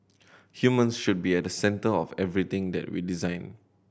humans should be at the centre of everything that we design